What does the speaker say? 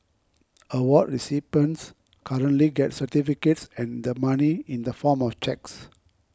award recipients currently get certificates and the money in the form of cheques